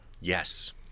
Yes